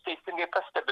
teisingai pastebi